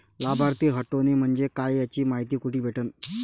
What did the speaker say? लाभार्थी हटोने म्हंजे काय याची मायती कुठी भेटन?